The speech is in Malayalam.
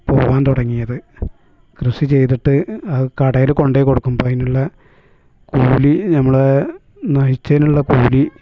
പോകാൻ തുടങ്ങിയത് കൃഷി ചെയ്തിട്ട് കടയിൽ കൊണ്ടു പോയി കൊടുക്കും അപ്പതിനുള്ള കൂലി നമ്മൾ നയിച്ചതിനുള്ള കൂലി